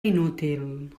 inútil